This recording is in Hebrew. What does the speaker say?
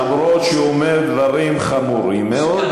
אומנם הוא אומר דברים חמורים מאוד,